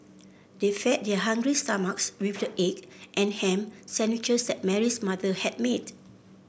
they fed their hungry stomachs with the egg and ham sandwiches that Mary's mother had made